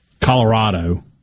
Colorado